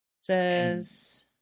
Says